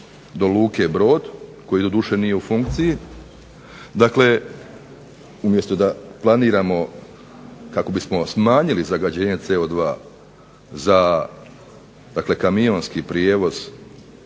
do Luke Brod koji doduše nije u funkciji, dakle umjesto da planiramo kako bismo smanjili zagađenje CO2 za kamionski prijevoz